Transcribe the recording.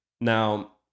Now